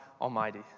Almighty